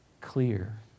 clear